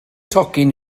tocyn